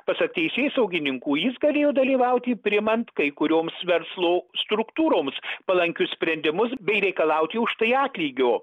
pasak teisėsaugininkų jis galėjo dalyvauti priimant kai kurioms verslo struktūroms palankius sprendimus bei reikalauti už tai atlygio